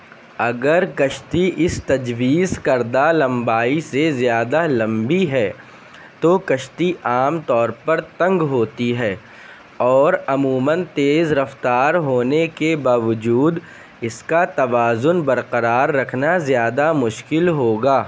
اگر کشتی اس تجویز کردہ لمبائی سے زیادہ لمبی ہے تو کشتی عام طور پر تنگ ہوتی ہے اور عموماً تیز رفتار ہونے کے باوجود اس کا توازن برقرار رکھنا زیادہ مشکل ہوگا